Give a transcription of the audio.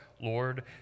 Lord